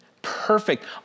perfect